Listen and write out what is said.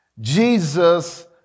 Jesus